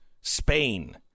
spain